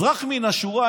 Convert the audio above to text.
אזרח מן השורה,